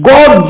God